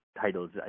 titles